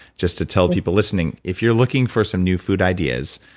just to tell people listening, if you're looking for some new food ideas,